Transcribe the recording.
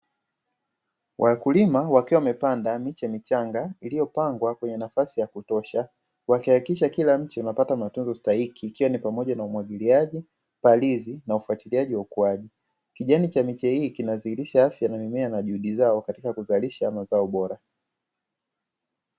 Wakulima wakiwa wamepanda miche michanga iliyopangwa kwenye nafasi ya kutosha, wakihakikisha kila mche unapata matunzo stahiki, ikiwa ni pamoja na: umwagiliaji, palizi na ufuatiliaji wa ukuaji. Kijani cha miche hii kinadhihirisha afya ya mimea na juhudi zao katika kuzalisha mazao bora.